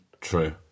True